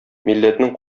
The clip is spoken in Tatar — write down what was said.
милләтнең